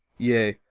yea,